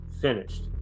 finished